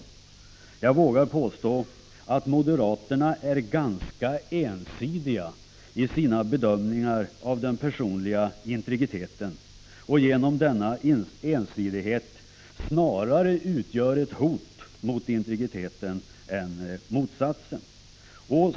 Jag vågar påstå att moderaterna är ganska ensidiga i sina bedömningar av den personliga integriteten och genom denna ensidighet utgör de snarare ett hot mot integriteten än motsatsen.